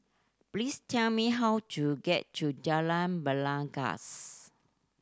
please tell me how to get to Jalan Belangkas